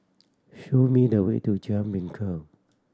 show me the way to Jalan Bingka